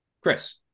Chris